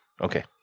Okay